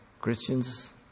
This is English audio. Christians